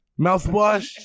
mouthwash